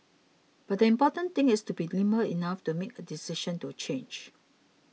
but the important thing is to be nimble enough to make a decision to change